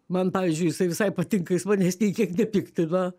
man pavyzdžiui jisai visai patinka jis manęs nei kiek nepiktina